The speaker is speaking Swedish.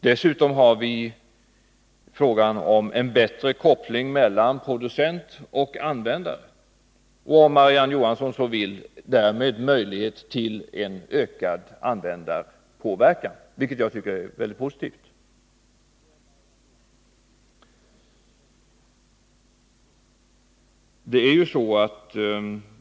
Dessutom har vi frågan om en bättre koppling mellan producent och användare och därmed, som Marie-Ann Johansson antagligen önskar, möjligheter till ökad användarpåverkan, vilket jag tycker är mycket positivt.